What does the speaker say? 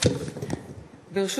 ברשות